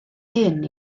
hyn